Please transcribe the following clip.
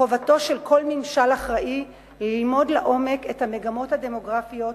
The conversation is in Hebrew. חובתו של כל ממשל אחראי ללמוד לעומק את המגמות הדמוגרפיות,